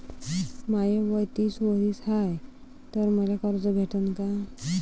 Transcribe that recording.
माय वय तीस वरीस हाय तर मले कर्ज भेटन का?